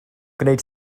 gwneud